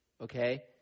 okay